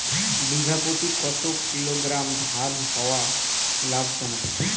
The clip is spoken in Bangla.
বিঘা প্রতি কতো কিলোগ্রাম ধান হওয়া লাভজনক?